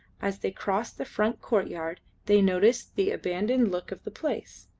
as they crossed the front courtyard they noticed the abandoned look of the place.